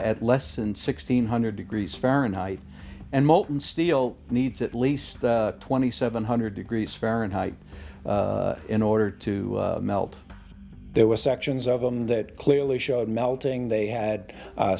at less than sixteen hundred degrees fahrenheit and molten steel needs at least twenty seven hundred degrees fahrenheit in order to melt there were sections of them that clearly showed melting they had